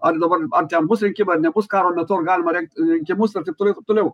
ar dabar ar ten bus rinkimai ar nebus karo metu ar galima rengt rinkimus ir taip toliau taip toliau